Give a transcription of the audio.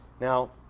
Now